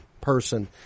person